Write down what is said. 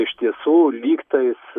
iš tiesų lyg tais